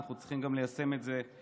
אנחנו צריכים גם ליישם את זה במעשים.